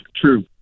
True